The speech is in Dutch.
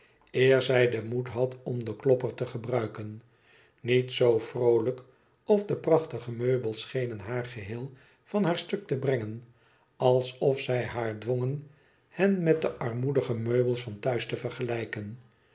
zij den moed had om den klopper te gebruiken niet zoo vroolijk of de prachtige meubels schenen haar geheel van haar stuk te brengen alsof zij haar dwongen hen met de armoedige meubels van thuis te vergelijken